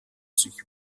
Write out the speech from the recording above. sich